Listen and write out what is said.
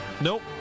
Nope